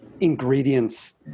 ingredients